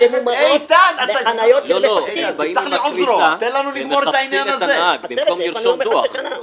באים בקריזה לחפש את הנהג במקום לרשום דוח.